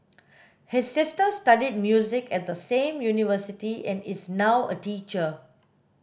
his sister studied music at the same university and is now a teacher